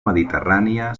mediterrània